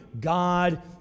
God